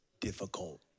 difficult